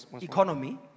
Economy